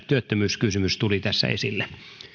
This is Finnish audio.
työttömyyskysymys tuli tässä esille